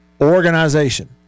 organization